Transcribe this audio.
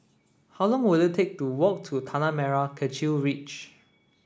how long will it take to walk to Tanah Merah Kechil Ridge